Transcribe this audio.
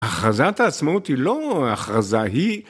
הכרזת העצמאות היא לא הכרזה, היא...